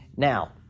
Now